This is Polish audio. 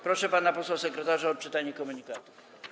Proszę panią poseł sekretarz o odczytanie komunikatów.